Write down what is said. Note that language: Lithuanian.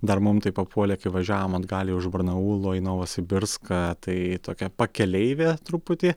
dar mum taip papuolė kai važiavom atgal iš barnaulo į novosibirską tai tokia pakeleivė truputį